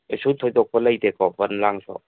ꯀꯩꯁꯨ ꯊꯣꯏꯗꯣꯛꯄ ꯂꯩꯇꯦꯀꯣ ꯕꯟ ꯂꯥꯡꯁꯨ